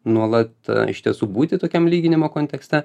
nuolat iš tiesų būti tokiam lyginimo kontekste